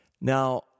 Now